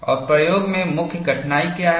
और प्रयोग में मुख्य कठिनाई क्या है